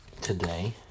today